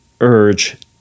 urge